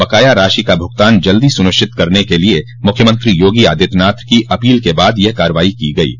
बकाया राशि का भुगतान जल्दी सुनिश्चित करने के मुख्यमंत्री योगी आदित्य नाथ की अपील के बाद यह कारवाई की गई है